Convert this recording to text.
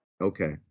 Okay